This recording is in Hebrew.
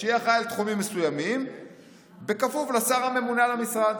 שיהיה אחראי על תחומים מסוימים בכפוף לשר הממונה על המשרד".